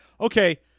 okay